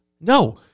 No